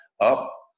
up